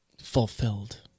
Fulfilled